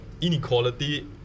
Inequality